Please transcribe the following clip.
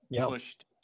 pushed